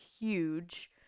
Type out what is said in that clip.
huge